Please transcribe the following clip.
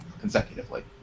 consecutively